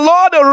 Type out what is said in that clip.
Lord